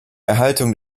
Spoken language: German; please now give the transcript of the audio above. erhaltung